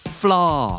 flaw